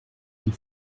les